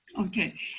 Okay